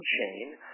chain